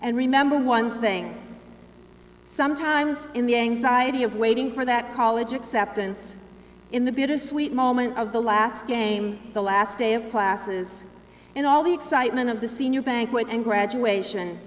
and remember one thing sometimes in the anxiety of waiting for that college acceptance in the bittersweet moment of the last game the last day of classes and all the excitement of the senior banquet and graduation